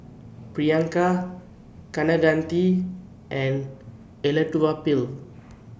Priyanka Kaneganti and Elattuvalapil